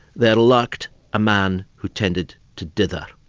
there lurked a man who tended to dither.